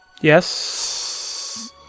Yes